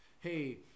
hey